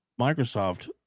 Microsoft